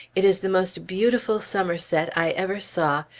it is the most beautiful somerset i ever saw!